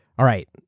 all right.